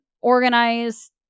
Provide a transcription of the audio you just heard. organize